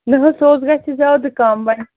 نہٕ حظ سُہ حظ گژھِ زیادٕ کَم وۄنۍ